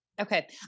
Okay